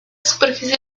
superficie